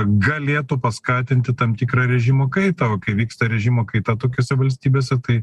galėtų paskatinti tam tikrą režimo kaitą o kai vyksta režimo kaita tokiose valstybėse tai